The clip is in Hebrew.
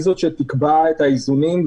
היא לא מתאימה לעשות איזונים.